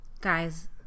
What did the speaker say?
Guys